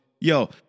yo